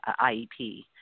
IEP